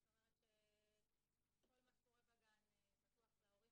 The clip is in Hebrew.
זאת אומרת שכל מה שקורה בגן פתוח להורים